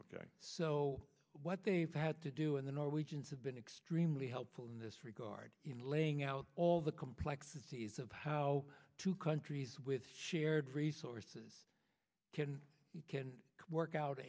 ok so what they've had to do in the norwegians have been extremely helpful in this regard in laying out all the complexities of how two countries with shared resources can you can work out